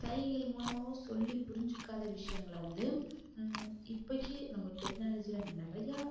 சைகைகள் மூலமாகவும் சொல்லி புரிஞ்சுக்காத விஷயங்கள வந்து இப்போக்கி நம்ம டெக்னாலஜியில் நிறையா